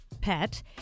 pet